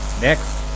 Next